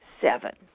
seven